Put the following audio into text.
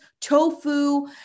tofu